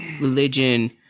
religion